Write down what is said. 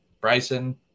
Bryson